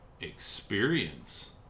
experience